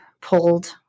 pulled